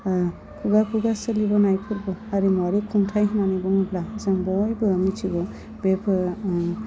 खुगा खुगा सोलिबोनाय फोरबो हारिमुवारि खुंथाइ होन्नानै बुङोब्ला जों बयबो मिथिगौ बे बो